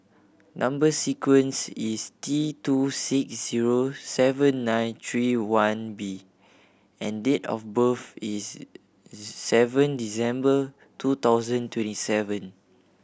number sequence is T two six zero seven nine three one B and date of birth is seven December two thousand twenty seven